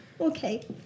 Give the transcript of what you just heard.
Okay